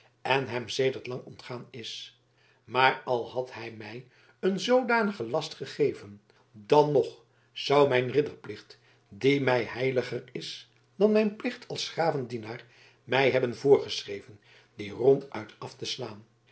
en hem sedert lang ontgaan is maar al had hij mij een zoodanigen last gegeven dan nog zou mijn ridderplicht die mij heiliger is dan mijn plicht als s graven dienaar mij hebben voorgeschreven dien ronduit af te slaan